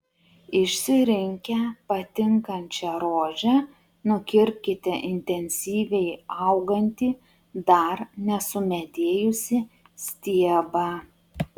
išsirinkę patinkančią rožę nukirpkite intensyviai augantį dar nesumedėjusį stiebą